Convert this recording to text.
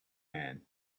man